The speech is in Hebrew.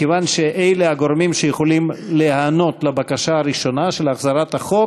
מכיוון שאלה הגורמים שיכולים להיענות לבקשה הראשונה של החזרת החוק,